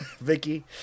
Vicky